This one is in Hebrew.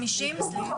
אפשר להוריד אותה